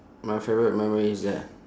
my favourite memory is that